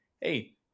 hey